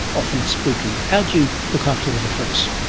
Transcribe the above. often spooky. how do you look after the difference?